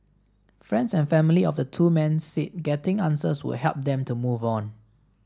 friends and family of the two men said getting answers would help them to move on